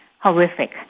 horrific